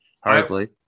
hardly